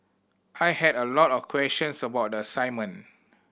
I had a lot of questions about the assignment